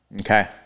Okay